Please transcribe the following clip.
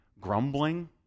grumbling